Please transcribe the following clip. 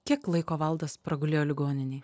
kiek laiko valdas pragulėjo ligoninėj